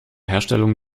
herstellung